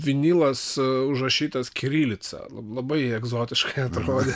o vinilas užrašytas kirilica labai egzotiškai atrodė